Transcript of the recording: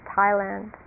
Thailand